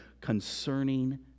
concerning